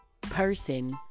person